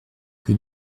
que